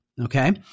Okay